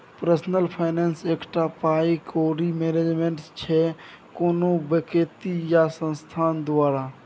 personal finance एकटा पाइ कौड़ी मैनेजमेंट छै कोनो बेकती या संस्थान द्वारा